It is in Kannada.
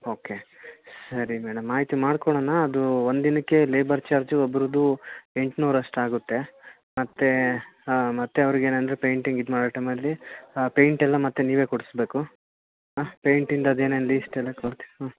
ಓಕೆ ಸರಿ ಮೇಡಮ್ ಆಯಿತು ಮಾಡ್ಕೊಡೋಣ ಅದು ಒಂದು ದಿನಕ್ಕೆ ಅದು ಲೇಬರ್ ಚಾರ್ಜ್ ಒಬ್ರದ್ದು ಎಂಟ್ನೂರು ಅಷ್ಟು ಆಗುತ್ತೆ ಮತ್ತೆ ಹಾಂ ಮತ್ತೆ ಅವರಿಗೇನಂದ್ರೆ ಪೇಂಟಿಂಗ್ ಇದು ಮಾಡೋ ಟೈಮಲ್ಲಿ ಪೇಂಟ್ ಎಲ್ಲ ಮತ್ತೆ ನೀವೇ ಕೊಡಿಸ್ಬೇಕು ಪೇಂಟಿಂದು ಅದೇನೇನು ಲೀಸ್ಟ್ ಎಲ್ಲ ಕೊಡ್ತಿವಿ ಹಾಂ